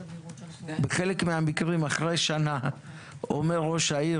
בחלק מהמקרים אחרי שנה אומר ראש העיר